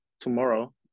tomorrow